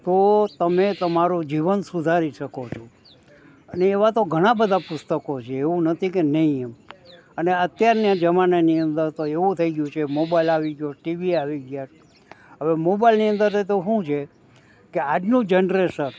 તો તમે તમારું જીવન સુધારી શકો છો અને એવાં તો ઘણાં બધાં પુસ્તકો છે એવું નથી કે નહીં એમ અને અત્યારને જમાનાની અંદર તો એવું થઈ ગયું છે મોબાઈલ આવી ગયો ટીવી આવી ગયાં હવે મોબાઈલની અંદર તો શું છે કે આજનું જનરેશન